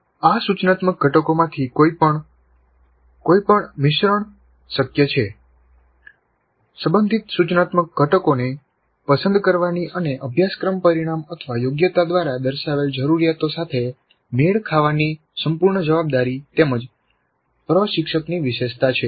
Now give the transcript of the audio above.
આ સૂચનાત્મક ઘટકોમાંથી કોઈપણ કોઈપણ મિશ્રણ શક્ય છે સંબંધિત સૂચનાત્મક ઘટકોને પસંદ કરવાની અને અભ્યાસક્રમ પરિણામયોગ્યતા દ્વારા દર્શાવેલ જરૂરિયાતો સાથે મેળ ખાવાની સંપૂર્ણ જવાબદારી તેમજ પ્રશિક્ષકની વિશેષતા છે